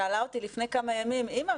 שאלה אותי לפני כמה ימים: אמא,